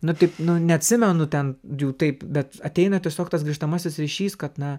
nu taip nu neatsimenu ten jų taip bet ateina tiesiog tas grįžtamasis ryšys kad na